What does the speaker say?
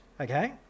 okay